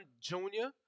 Junior